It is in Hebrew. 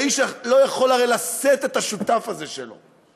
האיש לא יכול הרי לשאת את השותף הזה שלו.